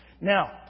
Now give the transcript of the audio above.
Now